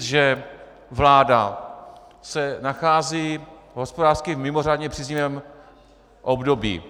Že vláda se nachází v hospodářsky mimořádně příznivém období.